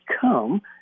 come